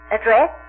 address